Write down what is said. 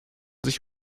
sich